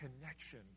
connection